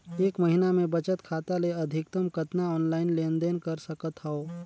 एक महीना मे बचत खाता ले अधिकतम कतना ऑनलाइन लेन देन कर सकत हव?